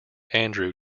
andrew